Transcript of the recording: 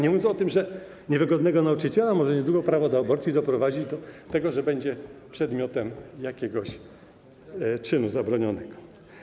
Nie mówi o tym, że niewygodnego nauczyciela może niedługo prawo do aborcji doprowadzić do tego, że będzie przedmiotem jakiegoś czynu zabronionego.